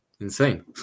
insane